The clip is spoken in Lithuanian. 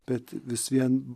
bet vis vien